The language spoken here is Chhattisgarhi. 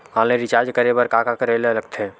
ऑनलाइन रिचार्ज करे बर का का करे ल लगथे?